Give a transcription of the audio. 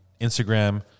instagram